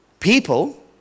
people